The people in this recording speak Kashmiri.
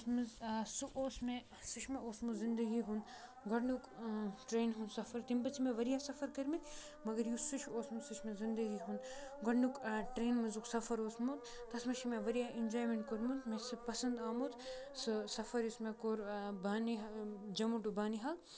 تَتھ منٛز سُہ اوس مےٚ سُہ چھُ مےٚ اوسمُت زندگی ہُند گۄڈٕنیُک ٹرینہِ ہُند سَفر تَمہِ پَتہٕ چھِ مےٚ واریاہ سَفر کٔرمٕتۍ مَگر یُس سُہ چھُ اوسمُت سُہ چھُ مےٚ زندگی ہُند گۄڈٕنیُک ٹرینہِ منزُک سَفر اوسمُت تَتھ منٛز چھُ مےٚ واریاہ اینجایمینٹ کورمُت مےٚ چھُ سُہ پَسند آمُت سُہ سَفر یُس مےٚ کوٚر بانِحال جموں ٹُو بانِحال